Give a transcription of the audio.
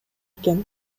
экен